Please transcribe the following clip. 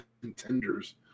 contenders